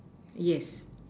yes